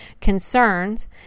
concerns